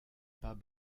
pas